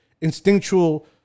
instinctual